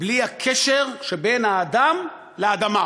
בלי הקשר שבין האדם לאדמה?